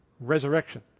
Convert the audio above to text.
Resurrection